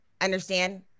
understand